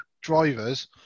drivers